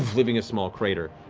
leaving a small crater.